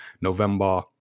November